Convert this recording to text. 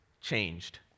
changed